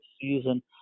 season